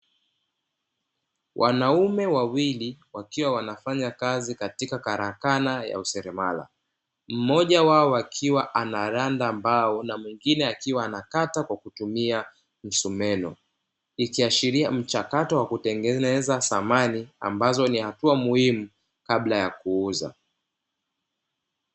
Wanaume wawili wakiwa wanafanya kazi katika karakana ya useremala, mmoja wao akiwa anaranda mbao na mwingine akiwa anakata kwa kutumia msumeno. Ikiashiria mchakato wa kutengeneza samani ambazo ni hatua muhimu kabla ya kuuza.